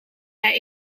bij